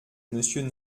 monsieur